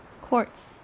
quartz